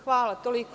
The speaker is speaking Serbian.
Hvala.